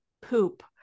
poop